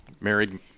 married